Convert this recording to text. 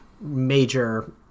major